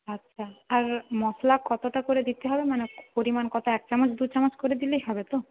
আচ্ছা আর মশলা কতটা করে দিতে হবে মানে পরিমাণ কত এক চামচ দু চামচ করে দিলেই হবে তো